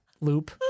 loop